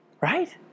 right